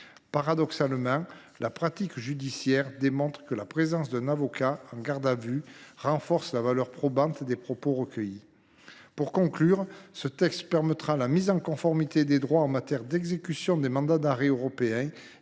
paradoxal, la pratique judiciaire démontre que la présence de l’avocat en garde à vue renforce la valeur probante des propos recueillis. En résumé, ce texte assurera la mise en conformité de notre droit pour l’exécution des mandats d’arrêt européens